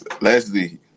Leslie